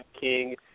King